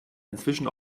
inzwischen